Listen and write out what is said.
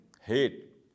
hate